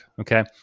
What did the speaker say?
okay